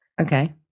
Okay